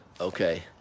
Okay